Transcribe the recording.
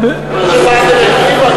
בלבד.